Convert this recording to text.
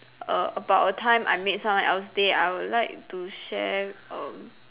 err about a time I made someone else day I would like to share err